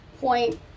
point